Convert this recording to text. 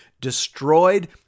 destroyed